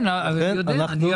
כן, אני יודע.